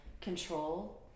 control